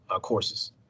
courses